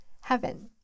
heaven